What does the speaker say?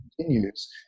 continues